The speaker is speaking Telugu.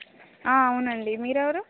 అవునండి మీరు ఎవరు